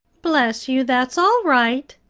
bless you, that's all right,